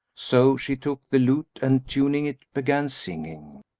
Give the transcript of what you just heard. so she took the lute and tuning it, began singing,